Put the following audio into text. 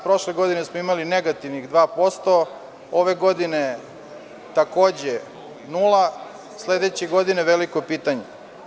Prošle godine smo imali negativnih 2%, ove godine takođe nula, a sledeće godine je veliko pitanje.